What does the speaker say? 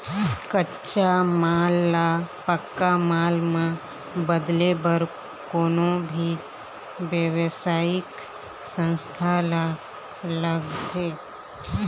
कच्चा माल ल पक्का माल म बदले बर कोनो भी बेवसायिक संस्था ल लागथे